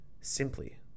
simply